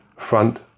front